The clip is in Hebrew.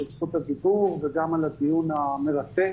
על זכות הדיבור וגם על הדיון המרתק.